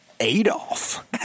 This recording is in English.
Adolf